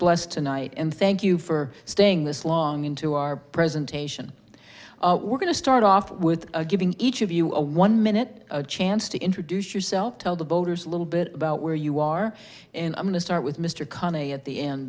blessed tonight and thank you for staying this long into our presentation we're going to start off with a giving each of you a one minute chance to introduce yourself tell the voters a little bit about where you are and i'm going to start with mr carney at the end